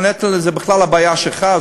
הנטל זה בכלל הבעיה שלך,